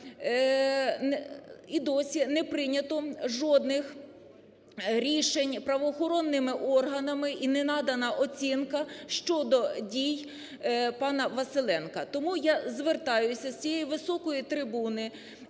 і досі не прийнято жодних рішень правоохоронними органами і не надана оцінка щодо дій пана Василенка. Тому я звертаюся з цієї високої трибуни